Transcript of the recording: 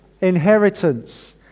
inheritance